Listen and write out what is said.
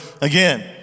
again